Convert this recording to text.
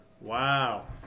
wow